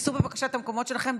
תתפסו בבקשה את המקומות שלכם,